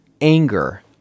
anger